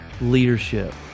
leadership